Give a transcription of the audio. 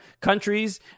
countries